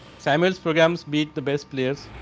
samuels programs beat the best players.